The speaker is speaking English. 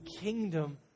kingdom